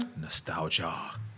Nostalgia